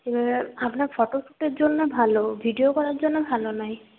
এবার আপনার ফটোস্যুটের জন্য ভালো ভিডিও করার জন্য ভালো নয়